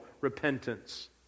repentance